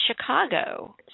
Chicago